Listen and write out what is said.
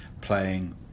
playing